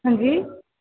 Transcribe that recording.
हां जी